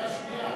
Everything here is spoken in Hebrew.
קריאה שנייה.